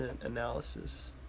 analysis